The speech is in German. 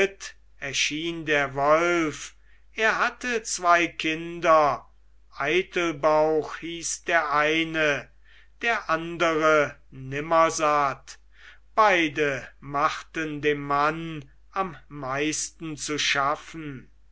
erschien der wolf er hatte zwei kinder eitelbauch hieß der eine der andre nimmersatt beide machten dem mann am meisten zu schaffen